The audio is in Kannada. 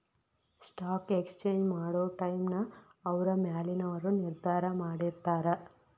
ಸ್ಟಾಕ್ ಎಕ್ಸ್ಚೇಂಜ್ ಮಾಡೊ ಟೈಮ್ನ ಅವ್ರ ಮ್ಯಾಲಿನವರು ನಿರ್ಧಾರ ಮಾಡಿರ್ತಾರ